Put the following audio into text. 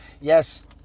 yes